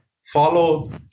follow